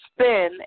spin